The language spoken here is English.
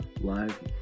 live